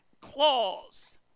clause